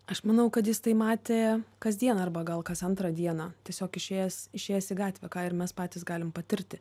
aš manau kad jis tai matė kasdieną arba gal kas antrą dieną tiesiog išėjęs išėjęs į gatvę ką ir mes patys galim patirti